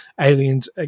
aliens